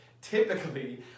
Typically